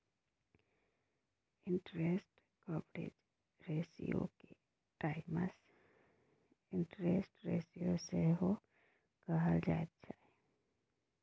interest coverage रेशियोके times interest ratio सेहो कहल जाइत छै